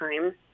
time